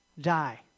die